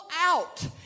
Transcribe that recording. out